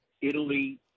Italy